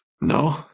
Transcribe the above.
No